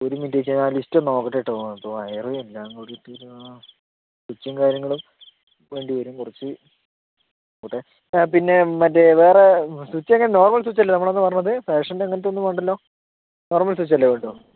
ഒരു മിനിറ്റ് ചേച്ചി ഞാൻ ആ ലിസ്റ്റൊന്നു നോക്കട്ടെ കേട്ടോ ഇപ്പോൾ വയർ എല്ലാം കൂടിയിട്ടൊരു സ്വിച്ചും കാര്യങ്ങളും വേണ്ടി വരും കുറച്ച് പോട്ടേ ആ പിന്നെ മറ്റേ വേറെ സ്വിച്ചൊക്കെ നോർമൽ സ്വിച്ചല്ലേ നമ്മളന്നു പറഞ്ഞത് ഫാഷൻ്റെ അങ്ങനത്തെ ഒന്നും വേണ്ടല്ലോ നോർമൽ സ്വിച്ച് അല്ലെ വേണ്ടൂ